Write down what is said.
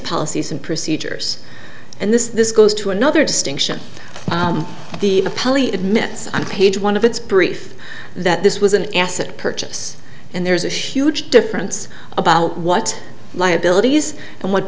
policies and procedures and this this goes to another distinction the appellee admits on page one of its brief that this was an asset purchase and there's a huge difference about what liabilities and what